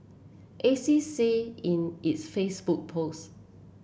say in its Facebook post